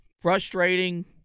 frustrating